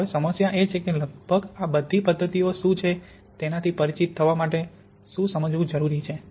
હવે સમસ્યા એ છે કે લગભગ આ બધી પદ્ધતિઓ શું છે તેનાથી પરિચિત થવા માટે શું સમજવું જરૂરી છે